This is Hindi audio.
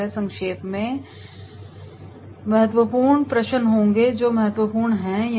संक्षेप में महत्वपूर्ण प्रश्न होंगे जो महत्वपूर्ण है या नहीं